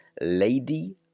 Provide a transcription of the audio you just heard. Lady